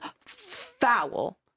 foul